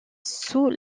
sous